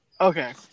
Okay